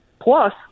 plus